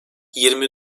yirmi